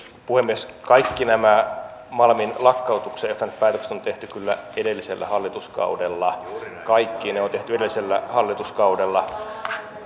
puhemies kaikki nämä malmin lakkautukseen johtaneet päätökset on on tehty kyllä edellisellä hallituskaudella kaikki ne on tehty edellisellä hallituskaudella